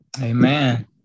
Amen